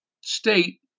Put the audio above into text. state